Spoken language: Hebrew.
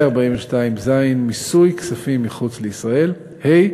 ו-42(ז), מיסוי כספים מחוץ לישראל, ה.